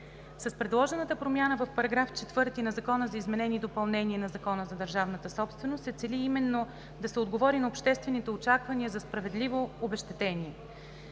С предложената промяна в § 4 на Закона за изменение и допълнение на Закона за държавната собственост се цели да се отговори именно на обществените очаквания за справедливо обезщетение.